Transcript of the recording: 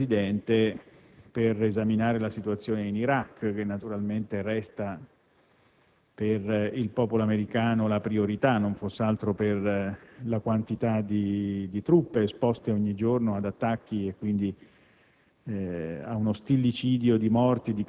immediato con il Presidente per esaminare la situazione in Iraq, che naturalmente per il popolo americano continua ad essere la priorità, non fosse altro per la quantità di truppe esposte ogni giorno ad attacchi e ad